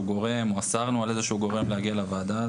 גורם או אסרנו על איזשהו גורם להגיע לוועדה.